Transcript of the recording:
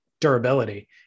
durability